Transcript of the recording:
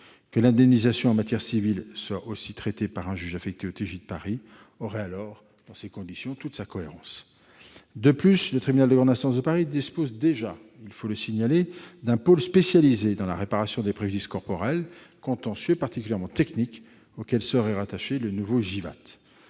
Que l'indemnisation en matière civile soit aussi traitée par un juge affecté au TGI de Paris aurait alors, dans ces conditions, toute sa cohérence. De plus, le tribunal de grande instance de Paris dispose déjà- il faut le signaler -d'un pôle spécialisé dans la réparation des préjudices corporels, contentieux particulièrement technique auquel serait rattaché le nouveau JIVAT.